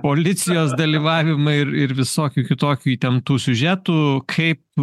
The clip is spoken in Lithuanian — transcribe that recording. policijos dalyvavimai ir ir visokių kitokių įtemptų siužetų kaip